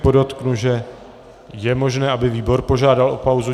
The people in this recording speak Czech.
Podotknu, že je možné, aby výbor požádal o pauzu.